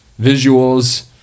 visuals